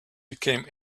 became